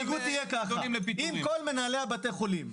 ההסתייגות תהיה ככה: אם כל מנהלי בתי החולים,